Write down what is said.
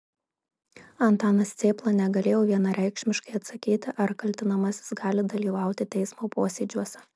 antanas cėpla negalėjo vienareikšmiškai atsakyti ar kaltinamasis gali dalyvauti teismo posėdžiuose